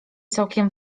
całkiem